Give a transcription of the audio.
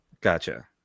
gotcha